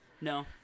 No